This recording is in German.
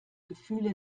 gefühle